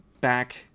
back